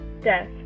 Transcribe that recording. death